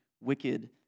wicked